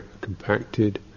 compacted